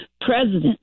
president